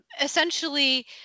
Essentially